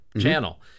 channel